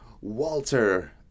Walter